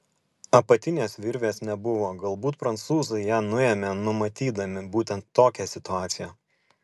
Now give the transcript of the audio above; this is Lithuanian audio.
apatinės virvės nebuvo galbūt prancūzai ją nuėmė numatydami būtent tokią situaciją